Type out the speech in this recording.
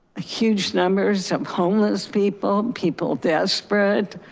huge numbers of homeless people, people desperate.